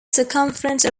circumference